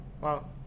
Wow